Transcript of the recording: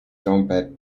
trumpet